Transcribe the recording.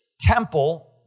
temple